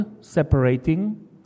separating